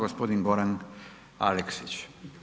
Gospodin Goran Aleksić.